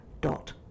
dot